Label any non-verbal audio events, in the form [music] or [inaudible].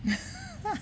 [laughs]